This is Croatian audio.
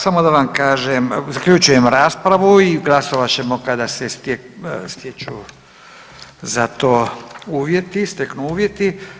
Samo da vam kažem zaključujem raspravu i glasovat ćemo kada se stječu za to, steknu uvjeti.